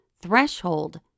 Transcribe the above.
threshold